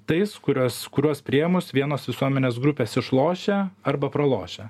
tais kuriuos kuriuos priėmus vienos visuomenės grupės išlošia arba pralošia